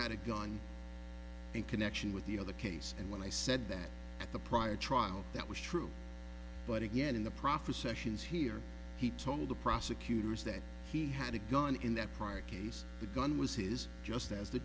had a gun in connection with the other case and when i said that at the prior trial that was true but again in the prophecy actions here he told the prosecutors that he had a gun in that prior case the gun was his just as the